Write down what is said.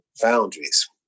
boundaries